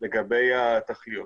לגבי התכליות.